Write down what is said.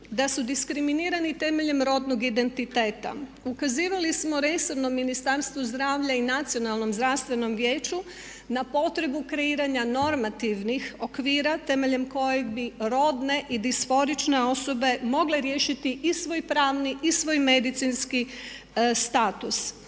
da su diskriminirani temeljem rodnog identiteta, ukazivali smo resornom Ministarstvu zdravlja i nacionalnom zdravstvenom vijeću na potrebu kreiranja normativnih okvira temeljem kojeg bi rodne i disforične osobe mogle riješiti i svoj pravni i svoj medicinski status.